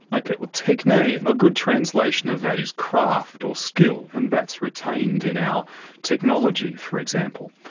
okay, well, techne, a ah good translation of that is craft or skill, and that's retained in our technology, for example.